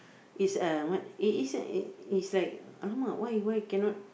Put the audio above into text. is a what is is a is like !alamak! why why cannot